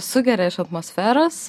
sugeria iš atmosferos